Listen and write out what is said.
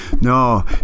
No